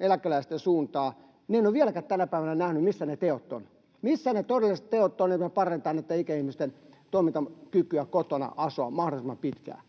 eläkeläisten suuntaan, en ole vielä tänäkään päivänä nähnyt, missä ne teot ovat. Missä ne todelliset teot ovat, että me parannetaan ikäihmisten toimintakykyä asua kotona mahdollisimman pitkään?